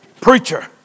Preacher